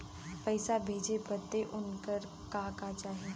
पैसा भेजे बदे उनकर का का चाही?